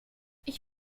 ich